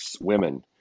women